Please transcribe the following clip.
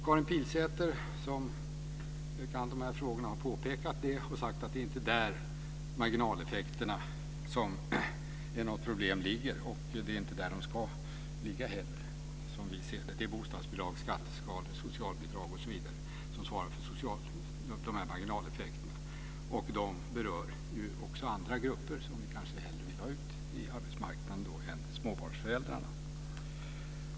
Karin Pilsäter som kan frågorna har påpekat det och har sagt att problemen inte ligger i marginaleffekterna. Det är inte där de ska ligga heller. Bostadsbidrag, skatteskalor, socialbidrag osv. svarar för marginaleffekterna. De berör ju också andra grupper som vi hellre vill ha ut på arbetsmarknaden än småbarnsföräldrarna.